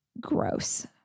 gross